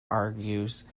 argues